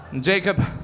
Jacob